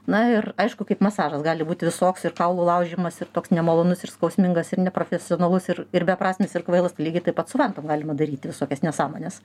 na ir aišku kaip masažas gali būt visoks ir kaulų laužymas ir toks nemalonus ir skausmingas ir neprofesionalus ir ir beprasmis ir kvailas tai lygiai taip pat su vantom galima daryti visokias nesąmones